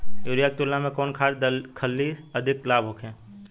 Urea के तुलना में कौन खाध खल्ली से अधिक लाभ होखे?